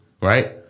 Right